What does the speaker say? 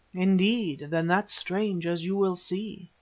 indeed, then that's strange, as you will see.